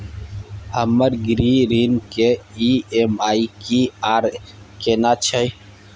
हमर गृह ऋण के ई.एम.आई की आर केना छै?